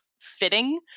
fitting